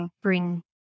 bring